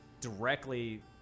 directly